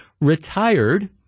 retired